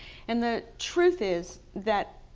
and the truth is that